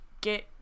get